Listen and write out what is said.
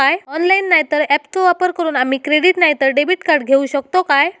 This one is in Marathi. ऑनलाइन नाय तर ऍपचो वापर करून आम्ही क्रेडिट नाय तर डेबिट कार्ड घेऊ शकतो का?